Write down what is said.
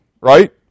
Right